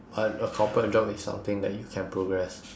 but a corporate job is something that you can progress